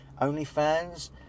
OnlyFans